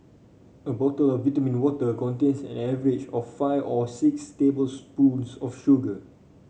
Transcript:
a bottle of vitamin water contains an average of five or six tablespoons of sugar